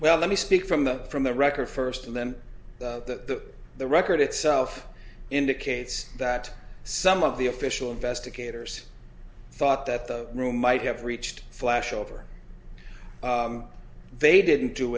well let me speak from the from the record first and then that the record itself indicates that some of the official investigators thought that the room might have reached flashover they didn't do